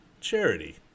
charity